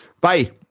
Bye